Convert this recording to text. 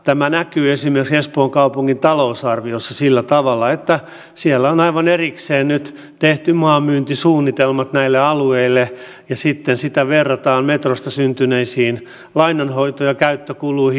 tämä näkyy esimerkiksi espoon kaupungin talousarviossa sillä tavalla että siellä on aivan erikseen nyt tehty maanmyyntisuunnitelmat näille alueille ja sitten sitä verrataan metrosta syntyneisiin lainanhoito ja käyttökuluihin